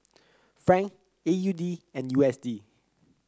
franc A U D and U S D